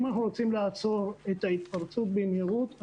אם אנחנו רוצים לעשות את ההתפרצות במהירות,